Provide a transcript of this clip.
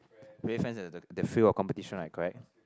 the the the field of competition right correct